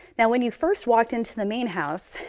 now, when you first walked into the main house,